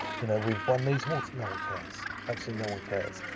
you know, we've won these awards, no one cares. absolutely no one cares.